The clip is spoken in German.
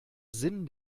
sinn